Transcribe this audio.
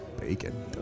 bacon